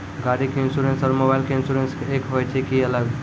गाड़ी के इंश्योरेंस और मोबाइल के इंश्योरेंस एक होय छै कि अलग?